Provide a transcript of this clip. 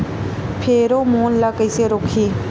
Pheromone ला कइसे रोकही?